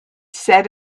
set